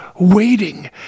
waiting